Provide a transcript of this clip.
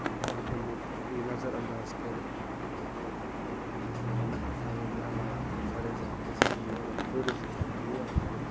مطلب امیُک یہِ نظر انداز کٔرِتھ مطلب امہِ خٲطرٕ چھِ پٮ۪وان نفر تھاوٕنۍ یِمَن اٮ۪لاٹ مطلب فار اٮ۪کزامپٕل أسۍ حظ دِمو اگر ٹیوٗرِسٹَن چھِ آسان یور تَرُن